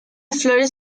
flores